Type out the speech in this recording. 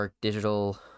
digital